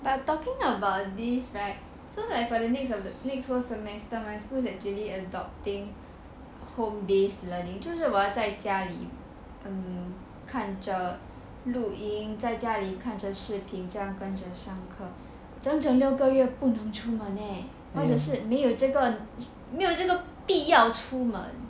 but talking about this right so like for the needs of the next four semester right my school is actually adopting home based learning 就是我要在家里 um 看着录音在家里看着视频这样上课整整六个月不能出门 eh 或者是没有这个没有这个必要出门